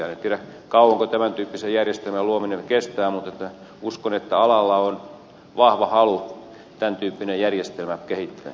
en tiedä kauanko tämän tyyppisen järjestelmän luominen kestää mutta uskon että alalla on vahva halu tämän tyyppinen järjestelmä kehittää